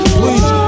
please